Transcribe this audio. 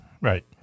right